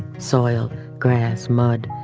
soiled grass, mud,